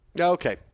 Okay